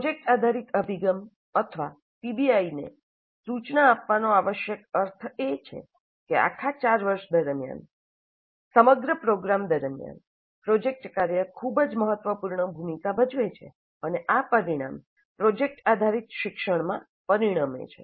project આધારિત અભિગમ અથવા પીબીઆઈને સૂચના આપવાનો આવશ્યક અર્થ એ છે કે આખા 4 વર્ષ દરમ્યાન સમગ્ર પ્રોગ્રામ દરમિયાન પ્રોજેક્ટ કાર્ય ખૂબ જ મહત્વપૂર્ણ ભૂમિકા ભજવે છે અને આ પરિણામ પ્રોજેક્ટ આધારિત શિક્ષણમાં પરિણમે છે